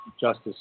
justice